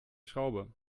schraube